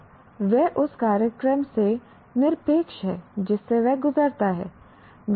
अब वह उस कार्यक्रम से निरपेक्ष है जिससे वह गुजरता है